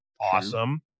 awesome